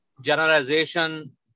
generalization